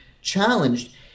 challenged